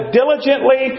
diligently